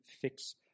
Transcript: fix